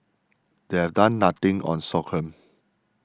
they're done nothing on sorghum